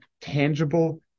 tangible